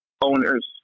owners